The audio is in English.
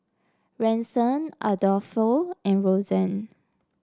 Ransom Adolfo and Rosanne